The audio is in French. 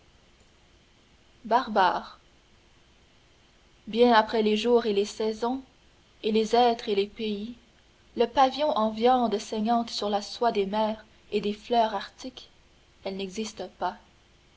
barbare bien après les jours et les saisons et les êtres et les pays le pavillon en viande saignante sur la soie des mers et des fleurs arctiques